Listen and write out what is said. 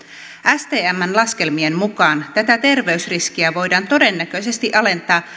stmn laskelmien mukaan tätä terveysriskiä voidaan todennäköisesti alentaa